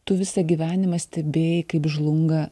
tu visą gyvenimą stebėjai kaip žlunga